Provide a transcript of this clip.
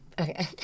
Okay